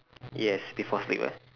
yes before sleep right